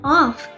off